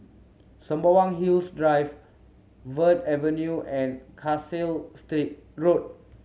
Sembawang Hills Drive Verde Avenue and Kasai State Road